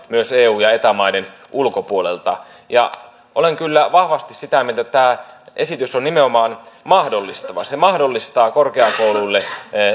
myös eu ja eta maiden ulkopuolelta olen kyllä vahvasti sitä mieltä että tämä esitys on nimenomaan mahdollistava se mahdollistaa korkeakouluille